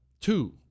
Two